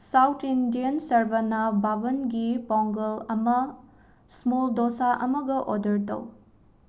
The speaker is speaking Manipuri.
ꯁꯥꯎꯠ ꯏꯟꯗꯤꯌꯟ ꯁꯔꯕꯅꯥ ꯕꯥꯋꯟꯒꯤ ꯄꯣꯡꯒꯜ ꯑꯃ ꯁ꯭ꯃꯣꯜ ꯗꯣꯁꯥ ꯑꯃꯒ ꯑꯣꯗꯔ ꯇꯧ